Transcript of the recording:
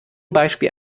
beispiel